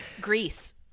Greece